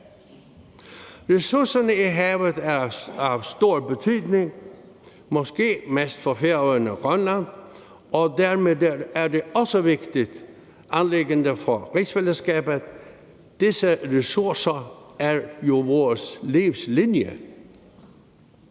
Ressourcerne i havet er af stor betydning, måske mest for Færøerne og Grønland, og dermed er det også et vigtigt anliggende for rigsfællesskabet. Disse ressourcer er jo vores livslinje.